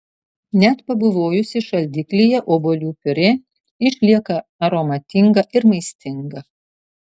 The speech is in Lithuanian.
net pabuvojusi šaldiklyje obuolių piurė išlieka aromatinga ir maistinga